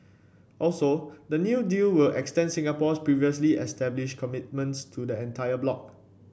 also the new deal will extend Singapore's previously established commitments to the entire bloc